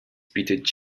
bietet